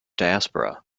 diaspora